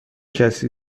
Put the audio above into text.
کسی